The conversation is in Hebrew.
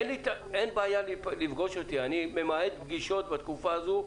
אין בעיה לפגוש אותי, אני ממעט פגישות בתקופה הזו,